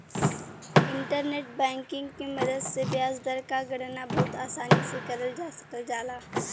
internet banking के मदद से ब्याज दर क गणना बहुत आसानी से करल जा सकल जाला